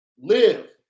live